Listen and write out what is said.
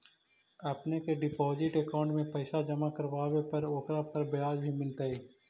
अपने के deposit account में पैसे जमा करवावे पर ओकरा पर ब्याज भी मिलतई